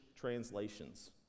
translations